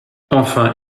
enfin